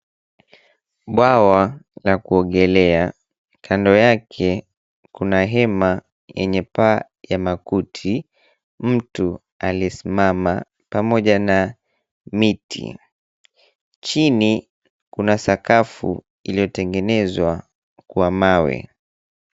Bwawa la kuogelea, kando yake kuna hema yenye paa ya makuti, mtu aliyesimama pamoja na miti. Chini kuna sakafu iliyotengenezwa kwa mawe.